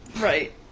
Right